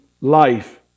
life